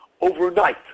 overnight